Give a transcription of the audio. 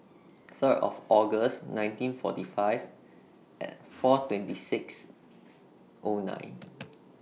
Third of August nineteen forty five four twenty six O nine